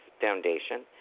foundation